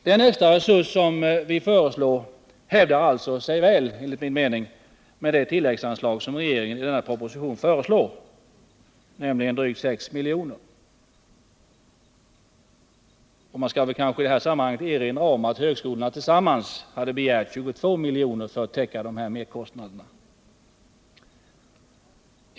Den extraresurs vi föreslår hävdar sig alltså väl, enligt min mening, med det tilläggsanslag som regeringen i denna proposition föreslår, nämligen drygt 6 miljoner. Man skall kanske i detta sammanhang erinra om att högskolorna tillsammans hade begärt 22 miljoner för att täcka dessa merkostnader.